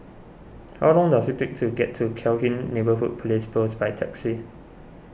how long does it take to get to Cairnhill Neighbourhood Police Post by taxi